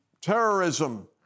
terrorism